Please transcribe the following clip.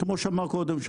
כמו שנאמר קודם,